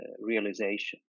realization